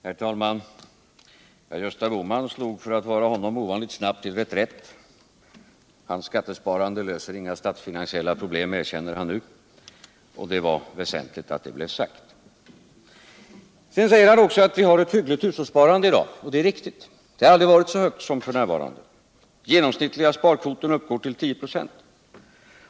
Herr talman! Gösta Bohman slog — för att vara han — ovanligt snabbt till reträtt: hans skattesparande löser inga statsfinansiella problem, erkänner han nu. Det var väsentligt att det blev sagt. Han säger också att vi har ett hyggligt hushållssparande i dag, och det är riktigt. Det har aldrig varit så stort som f. n. Den genomsnittliga sparkvoten uppgår till 10 26.